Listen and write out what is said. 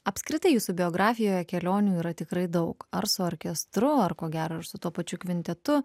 apskritai jūsų biografijoje kelionių yra tikrai daug ar su orkestru ar ko gero ir su tuo pačiu kvintetu